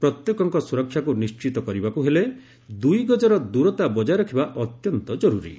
ପ୍ରତ୍ୟେକଙ୍କ ସୁରକ୍ଷାକୁ ନିଶ୍ଚିତ କରିବାକୁ ହେଲେ ଦୁଇ ଗଜର ଦୂରତା ବଜାୟ ରଖିବା ଅତ୍ୟନ୍ତ ଜରୁରୀ